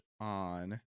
on